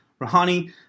Rouhani